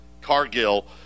Cargill